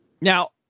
Now